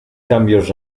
cambios